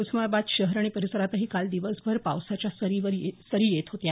उस्मानाबाद शहर आणि परिसरातही काल दिवसभर पावसाच्या सरीवर सरी येत होत्या